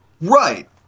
Right